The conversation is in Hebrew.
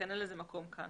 ולכן אין לזה מקום כאן.